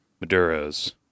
Maduro's